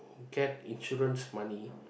get insurance money